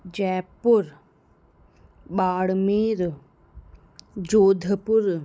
Jaipur Barmer Jodhpur